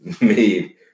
made